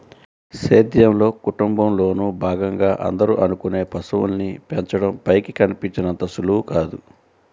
సేద్యంలో, కుటుంబంలోను భాగంగా అందరూ అనుకునే పశువుల్ని పెంచడం పైకి కనిపించినంత సులువు కాదు